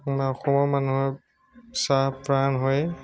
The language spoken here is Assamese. আপোনাৰ অসমৰ মানুহৰ চাহ প্ৰাণ হয়ে